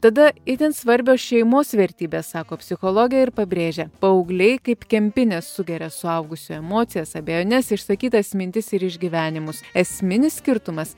tada itin svarbios šeimos vertybės sako psichologė ir pabrėžia paaugliai kaip kempinė sugeria suaugusių emocijas abejones išsakytas mintis ir išgyvenimus esminis skirtumas